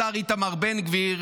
השר איתמר בן גביר,